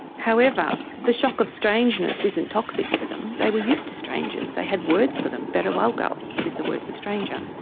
however, the shock of strangeness isn't toxic to them, they were used to strangers, they had words for them, berewalgal is the word for stranger.